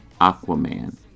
Aquaman